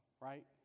right